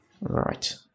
Right